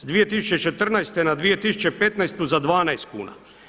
Sa 2014. na 2015. za 12 kuna.